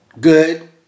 good